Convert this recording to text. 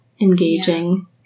Engaging